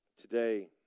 Today